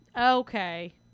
okay